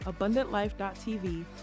AbundantLife.tv